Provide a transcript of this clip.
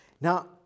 Now